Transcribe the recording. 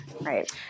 Right